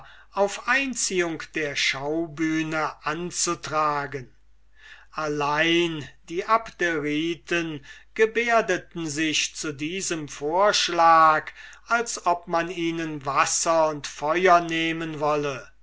auf einziehung der schaubühne anzutragen allein die abderiten gebärdeten sich zu diesem vorschlag als ob man ihnen wasser und feuer nehmen wolle